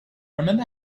remember